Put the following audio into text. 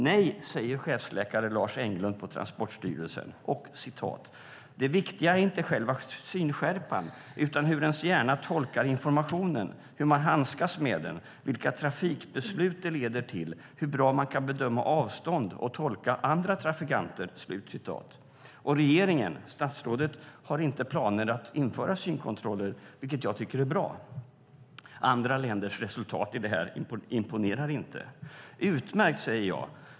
Nej, säger chefsläkare Lars Englund på Transportstyrelsen. Han säger: "Det viktiga är inte själva synskärpan utan hur ens hjärna tolkar informationen, hur man handskas med den, vilka trafikbeslut det leder till, hur bra man kan bedöma avstånd och tolka andra trafikanter". Regeringen och statsrådet har inte planer på att införa synkontroller, viket jag tycker är bra. Andra länders resultat imponerar inte. Utmärkt, säger jag.